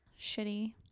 shitty